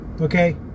Okay